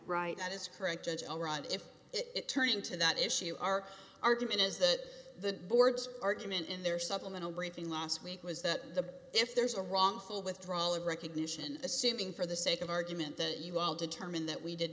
right is correct and all right if it turns into that issue our argument is that the boards argument in their supplemental briefing last week was that the if there's a wrongful withdrawal of recognition assuming for the sake of argument that you all determine that we did